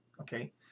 Okay